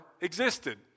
existed